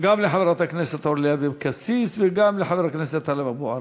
גם לחברת הכנסת אורלי אבקסיס וגם לחבר הכנסת טלב אבו עראר.